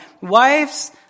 Wives